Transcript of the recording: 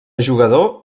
jugador